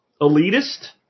elitist